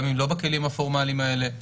גם אם לא בכלים הפורמליים האלה,